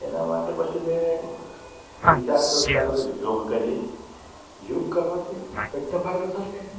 એના માટે પછી મેં વિચાર કર્યો કે ચાલો કે યોગ કરીએ યોગ કરવાથી કેટલો ફાયદો થશે